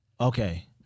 Okay